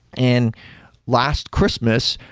and last christmas,